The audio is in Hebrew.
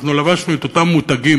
אנחנו לבשנו את אותם מותגים,